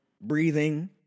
Breathing